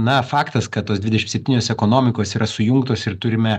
na faktas kad tos dvidešimt septynios ekonomikos yra sujungtos ir turime